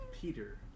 Peter